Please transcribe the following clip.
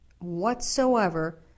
whatsoever